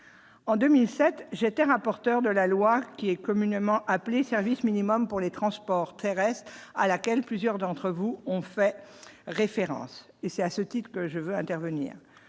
en 2007 j'étais rapporteur de la loi qui est communément appelé service minimum pour les transports terrestres à laquelle plusieurs d'entre vous ont fait référence et c'est à ce titre que je veux intervenir